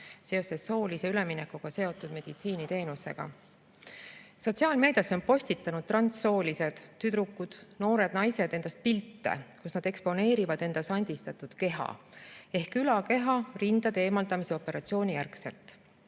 soolise üleminekuga seotud meditsiiniteenuse kohta. Sotsiaalmeedias on postitanud transsoolised tüdrukud, noored naised endast pilte, kus nad eksponeerivad enda sandistatud keha ehk ülakeha rindade eemaldamise operatsiooni järgselt.